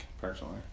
personally